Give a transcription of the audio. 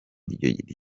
iryo